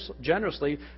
generously